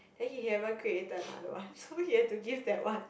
then he haven't created another one so he had to give that one